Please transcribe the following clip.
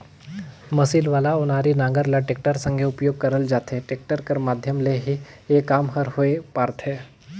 machine वाला ओनारी नांगर ल टेक्टर संघे उपियोग करल जाथे, टेक्टर कर माध्यम ले ही ए काम हर होए पारथे